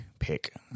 pick